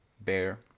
bear